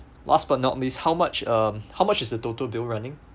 last but not least how much uh how much is the total bill running